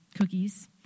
cookies